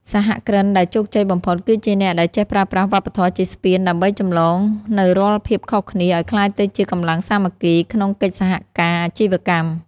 សហគ្រិនដែលជោគជ័យបំផុត គឺជាអ្នកដែលចេះប្រើប្រាស់វប្បធម៌ជាស្ពានដើម្បីចម្លងនូវរាល់ភាពខុសគ្នាឱ្យក្លាយទៅជាកម្លាំងសាមគ្គីក្នុងកិច្ចសហការអាជីវកម្ម។